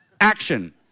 action